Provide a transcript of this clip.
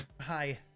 hi